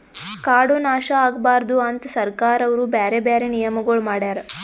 ಕಾಡು ನಾಶ ಆಗಬಾರದು ಅಂತ್ ಸರ್ಕಾರವು ಬ್ಯಾರೆ ಬ್ಯಾರೆ ನಿಯಮಗೊಳ್ ಮಾಡ್ಯಾರ್